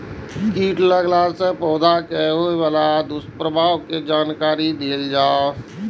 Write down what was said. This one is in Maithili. कीट लगेला से पौधा के होबे वाला दुष्प्रभाव के जानकारी देल जाऊ?